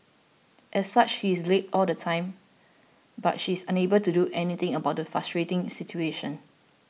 as such he is late all the time but she is unable to do anything about the frustrating situation